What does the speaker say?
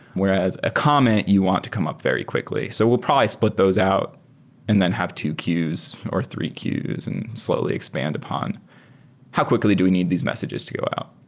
whereas a comment, you want to come up very quickly. so we'll probably split those out and then have two queues or three queues and slowly expand upon how quickly do we need these messages to go out.